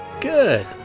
good